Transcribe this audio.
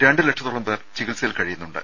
രണ്ടു ലക്ഷത്തോളം പേർ ചികിത്സയിൽ കഴിയുന്നുണ്ട്